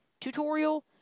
tutorial